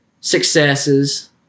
successes